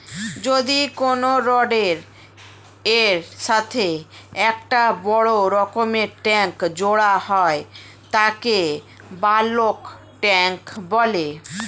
যদি কোনো রডের এর সাথে একটা বড় রকমের ট্যাংক জোড়া হয় তাকে বালক ট্যাঁক বলে